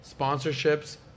sponsorships